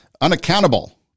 Unaccountable